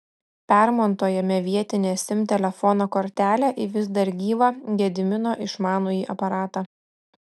permontuojame vietinę sim telefono kortelę į vis dar gyvą gedimino išmanųjį aparatą